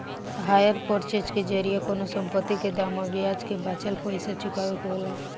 hire purchase के जरिया कवनो संपत्ति के दाम आ ब्याज के बाचल पइसा चुकावे के होला